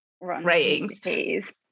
ratings